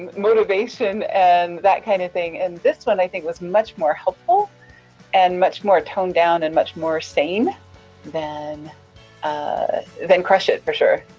motivation and that kinda kind of thing. and this one i think was much more helpful and much more toned down and much more sane than ah than crush it for sure.